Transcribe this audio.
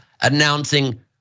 announcing